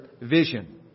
vision